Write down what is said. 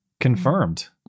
confirmed